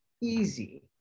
easy